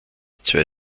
zwei